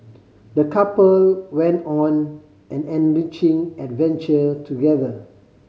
the couple went on an enriching adventure together